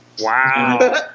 Wow